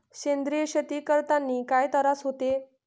सेंद्रिय शेती करतांनी काय तरास होते?